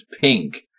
pink